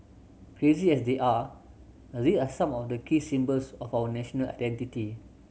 crazy as they are these are some of the key symbols of our national identity